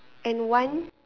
and one